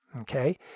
okay